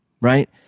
right